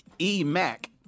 E-Mac